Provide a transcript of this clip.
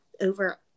over